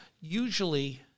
usually